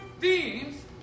teams